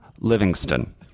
Livingston